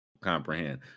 comprehend